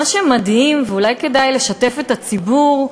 מה שמדהים, ואולי כדאי לשתף את הציבור,